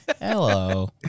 Hello